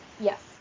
Yes